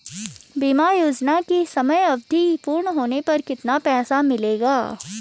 बीमा योजना की समयावधि पूर्ण होने पर कितना पैसा मिलेगा?